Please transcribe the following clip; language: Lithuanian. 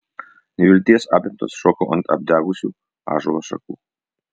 nevilties apimtas šokau ant apdegusių ąžuolo šakų